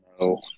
No